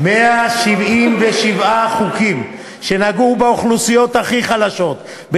177 חוקים שנגעו באוכלוסיות הכי חלשות,